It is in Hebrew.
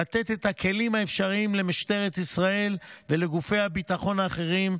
לתת את הכלים האפשריים למשטרת ישראל ולגופי הביטחון האחרים,